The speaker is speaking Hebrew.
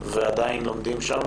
ועדיין לומדים שם.